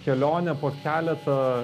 kelionę po keletą